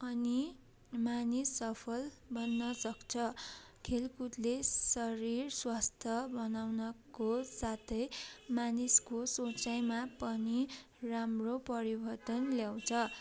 अनि मानिस सफल बन्न सक्छ खेलकुदले शरीर स्वस्थ बनाउनको साथै मानिसको सोचाइमा पनि राम्रो परिवर्तन ल्याउँछ